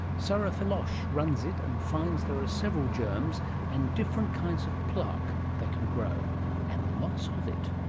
sara filoche runs it and finds there are several germs and different kinds of plaque they can grow and lots of it.